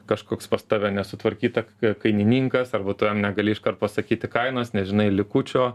kažkoks pas tave nesutvarkyta kainininkas arba tu jam negali iškart pasakyti kainos nežinai likučio